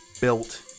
built